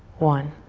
one.